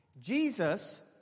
Jesus